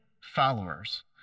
followers